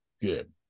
Good